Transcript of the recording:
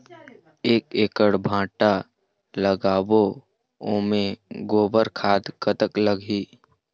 एक एकड़ भांटा लगाबो ओमे गोबर खाद कतक लगही?